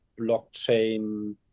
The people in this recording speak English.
blockchain